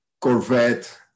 corvette